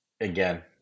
Again